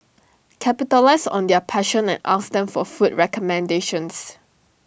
capitalise on their passion and ask them for food recommendations